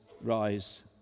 rise